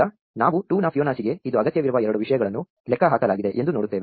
ಈಗ ನಾವು 2 ನ ಫಿಬೊನಾಸಿಗೆ ಇದು ಅಗತ್ಯವಿರುವ ಎರಡು ವಿಷಯಗಳನ್ನು ಲೆಕ್ಕಹಾಕಲಾಗಿದೆ ಎಂದು ನೋಡುತ್ತೇವೆ